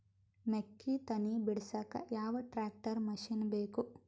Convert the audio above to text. ಮೆಕ್ಕಿ ತನಿ ಬಿಡಸಕ್ ಯಾವ ಟ್ರ್ಯಾಕ್ಟರ್ ಮಶಿನ ಬೇಕು?